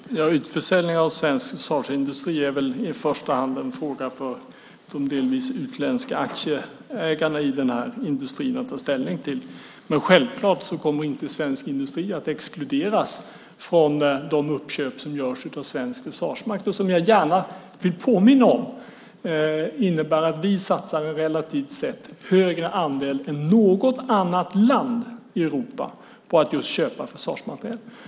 Fru talman! Utförsäljning av svensk försvarsindustri är i första hand en fråga för de delvis utländska aktieägarna att ta ställning till. Men självklart kommer inte svensk industri att exkluderas från de uppköp som görs av svensk försvarsmakt och som jag gärna vill påminna om innebär att vi satsar relativt sett högre andel än något annat land i Europa på att just köpa försvarsmateriel.